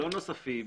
לא נוספים.